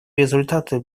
результаты